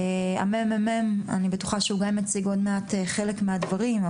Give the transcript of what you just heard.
אני בטוחה שה-ממ"מ יציג עוד מעט חלק מהדברים,